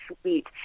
sweet